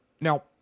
Now